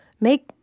make